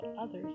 Others